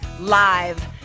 Live